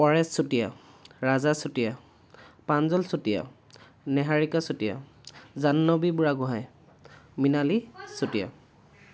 Paresh Chutia Raja Chutia Pranjal Chutia Niharika Chutia Jahnavi Burhagohain Mrinali Chutia